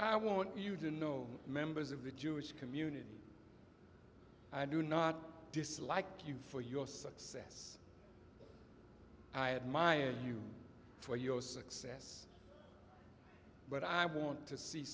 i want you to know members of the jewish community i do not dislike you for your success and i admire you for your success but i want to see